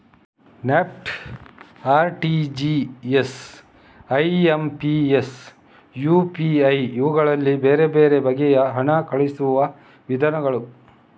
NEFT, RTGS, IMPS, UPI ಇವುಗಳು ಬೇರೆ ಬೇರೆ ಬಗೆಯ ಹಣ ಕಳುಹಿಸುವ ವಿಧಾನಗಳು